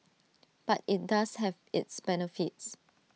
but IT does have its benefits